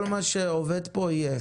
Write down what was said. כל מה שעובד כאן יהיה.